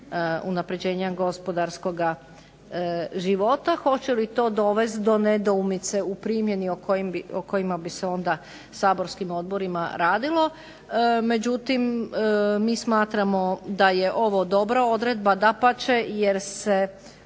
unapređenja gospodarskoga života. Hoće li to dovest do nedoumice u primjeni o kojima bi se onda saborskim odborima radilo. Međutim, mi smatramo da je ovo dobra odredba, dapače jer se